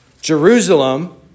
Jerusalem